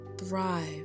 thrive